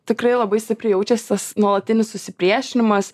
tikrai labai stipriai jaučias tas nuolatinis susipriešinimas